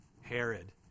Herod